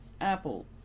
Apple